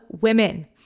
women